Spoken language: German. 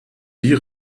die